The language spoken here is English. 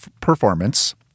performance